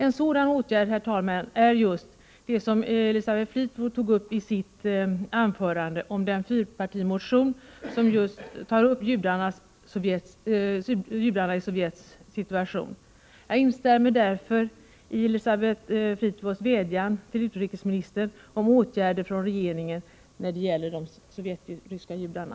En sådan åtgärd, herr talman, är just den fyrpartimotion som Elisabeth Fleetwood nämnde i sitt anförande. Denna motion tar upp judarnas situation i Sovjet. Jag instämmer därför i Elisabeth Fleetwoods vädjan till utrikesministern om åtgärder från regeringen när det gäller de sovjetiska judarna.